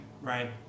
Right